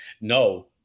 No